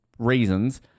reasons